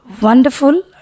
wonderful